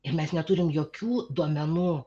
ir mes neturim jokių duomenų